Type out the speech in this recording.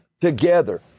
together